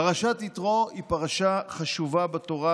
פרשת יתרו היא פרשה חשובה בתורה,